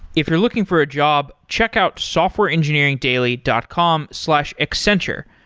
if you're looking for a job, check out softwareengineeringdaily dot com slash accenture.